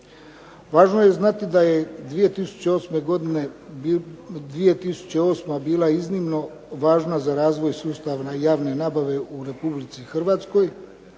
Važno je znati da je 2008. bila iznimno važna za razvoj sustava javne nabave u Republici Hrvatskoj.